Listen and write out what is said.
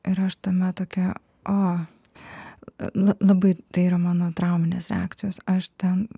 ir aš tame tokia a nu labai tai yra mano trauminės reakcijos aš ten